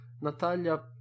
Natalia